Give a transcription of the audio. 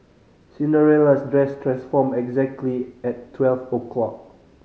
Cinderella's dress transformed exactly at twelve o' clock